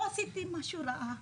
לא עשיתי משהו רע.